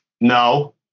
No